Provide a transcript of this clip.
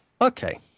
Okay